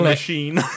machine